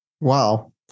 wow